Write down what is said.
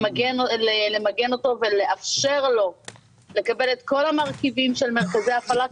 למגן אותו ולאפשר לו לקבל את כל המרכיבים של מרכזי הפעלה,